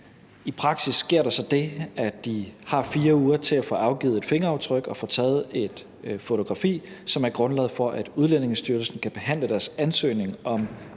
I praksis sker der så det, at de har 4 uger til at få afgivet et fingeraftryk og få taget et fotografi, som er grundlaget for, at Udlændingestyrelsen kan behandle deres ansøgning om